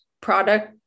product